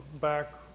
back